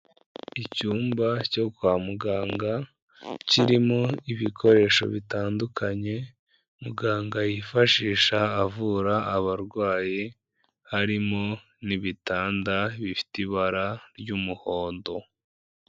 Icyumba cyo kwa muganga kirimo ibikoresho bitandukanye muganga yifashisha avura abarwayi, harimo n'ibitanda bifite ibara ry'umuhondo.